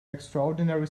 extraordinary